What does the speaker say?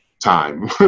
time